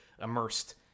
immersed